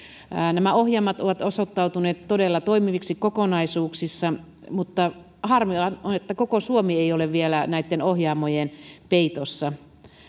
nämä ohjelmat ovat osoittautuneet todella toimiviksi kokonaisuuksissa mutta on harmi että koko suomi ei ole vielä näitten ohjaamojen peitossa